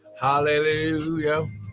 hallelujah